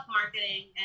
marketing